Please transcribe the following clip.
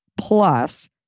plus